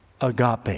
agape